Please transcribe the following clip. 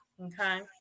Okay